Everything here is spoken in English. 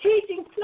teaching